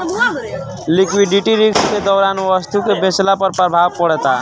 liquidity risk के दौरान वस्तु के बेचला पर प्रभाव पड़ेता